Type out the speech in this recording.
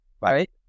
Right